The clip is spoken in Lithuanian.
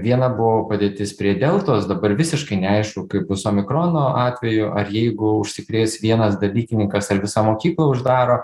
viena buvo padėtis prie deltos dabar visiškai neaišku kaip bus omikrono atveju ar jeigu užsikrės vienas dalykininkas ar visą mokyklą uždaro